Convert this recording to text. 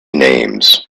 names